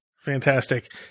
Fantastic